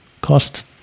cost